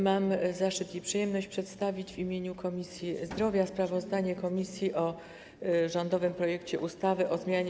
Mam zaszczyt i przyjemność przedstawić w imieniu Komisji Zdrowia sprawozdanie komisji o rządowym projekcie ustawy o zmianie